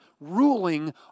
ruling